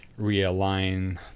realign